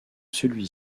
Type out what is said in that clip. celui